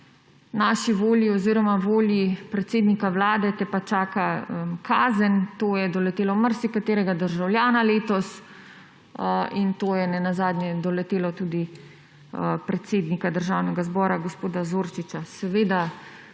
naši volji oziroma volji predsednika vlade, te pa čaka kazen. To je doletelo marsikaterega državljana letos. In to je nenazadnje doletelo tudi predsednika Državnega zbora gospoda Zorčiča.